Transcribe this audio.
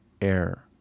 air